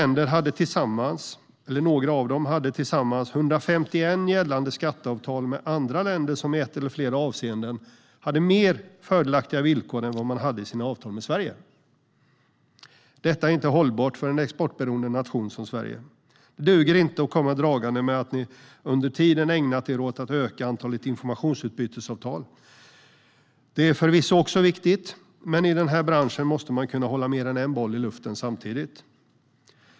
Några av dessa länder hade tillsammans 151 gällande skatteavtal med andra länder som i ett eller flera avseenden hade mer fördelaktiga villkor än vad man hade i sina avtal med Sverige. Detta är inte hållbart för en exportberoende nation som Sverige. Det duger inte att komma dragande med att ni under tiden har ägnat er åt att öka antalet informationsutbytesavtal. Det är förvisso också viktigt, men i den här branschen måste man kunna hålla mer än en boll i luften samtidigt.